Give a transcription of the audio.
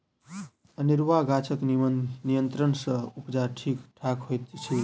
अनेरूआ गाछक नियंत्रण सँ उपजा ठीक ठाक होइत अछि